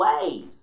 ways